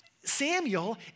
Samuel